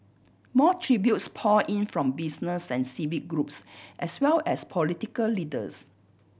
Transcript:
more tributes poured in from business and civic groups as well as political leaders